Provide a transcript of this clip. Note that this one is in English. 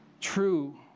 true